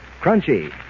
crunchy